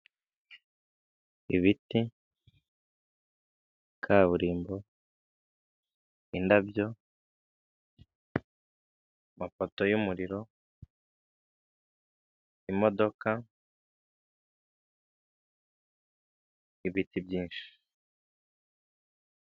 Ibiti , kaburimbo, indabyo, amapoto y'umuriro, imodoka. ibiti byishi